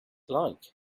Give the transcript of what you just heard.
like